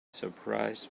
surprised